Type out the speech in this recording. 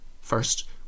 First